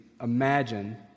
imagine